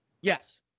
Yes